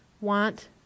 Want